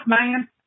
man